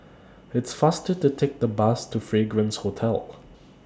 It's faster to Take The Bus to Fragrance Hotel